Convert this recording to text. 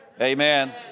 Amen